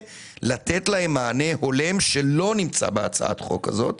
ולתת להם מענה הולם שלא נמצא בהצעת החוק הזאת.